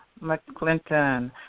mcclinton